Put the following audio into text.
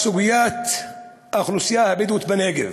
בסוגיית האוכלוסייה הבדואית בנגב.